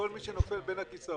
כל מי שנופל בין הכיסאות.